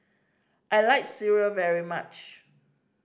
I like sireh very much